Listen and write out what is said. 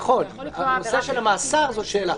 נכון, הנושא של המאסר זאת שאלה.